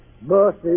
mercy